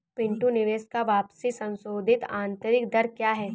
पिंटू निवेश का वापसी संशोधित आंतरिक दर क्या है?